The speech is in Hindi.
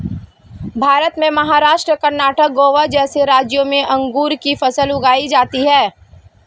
भारत में महाराष्ट्र, कर्णाटक, गोवा जैसे राज्यों में अंगूर की फसल उगाई जाती हैं